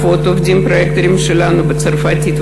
הפרויקטורים שלנו עובדים בכמה שפות: בצרפתית,